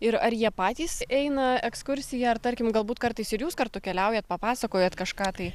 ir ar jie patys eina ekskursiją ar tarkim galbūt kartais ir jūs kartu keliaujat papasakojat kažką tai